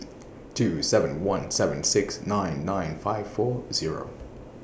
two seven one seven six nine nine five four Zero